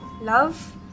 love